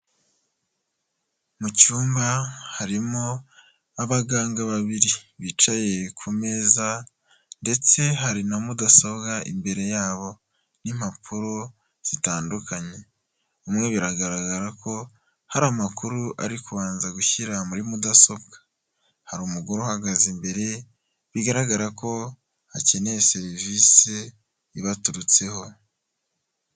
Mu cyumba harimo abaganga babiri bicaye ku meza ndetse hari na mudasobwa imbere yabo n'impapuro zitandukanye, umwe biragaragara ko hari amakuru ari kubanza gushyira muri mudasobwa hari umugore uhagaze imbere bigaragara ko akeneye serivisi ibaturutseho.